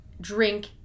drink